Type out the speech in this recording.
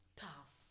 tough